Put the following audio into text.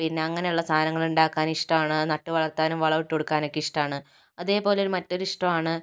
പിന്നെ അങ്ങനെയുള്ള സാധനങ്ങൾ ഉണ്ടാക്കാൻ ഇഷ്ടമാണ് നട്ട് വളർത്താനും വളമിട്ട് കൊടക്കാനൊക്കെ ഇഷ്ടമാണ് അതേപോലെ ഒരു മറ്റൊരു ഇഷ്ടമാണ്